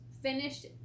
finished